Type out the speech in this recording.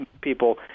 people